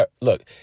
look